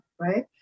Right